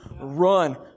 run